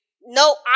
no